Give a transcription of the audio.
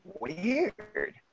weird